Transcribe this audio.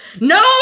no